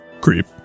Creep